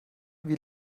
wie